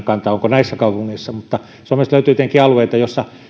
kantaa onko näissä kaupungeissa sitä mutta suomesta löytyy tietenkin alueita joilla